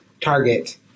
target